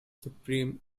supreme